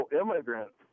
immigrants